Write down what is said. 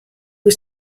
was